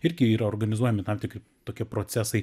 irgi yra organizuojami tam tikri tokie procesai